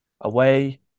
away